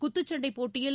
குத்துச்சண்டைப் போட்டியில்